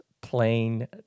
plain